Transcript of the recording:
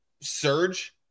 surge